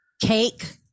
cake